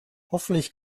hoffentlich